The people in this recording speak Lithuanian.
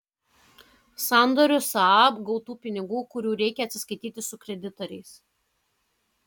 sandoriu saab gautų pinigų kurių reikia atsiskaityti su kreditoriais